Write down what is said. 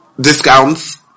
discounts